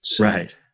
Right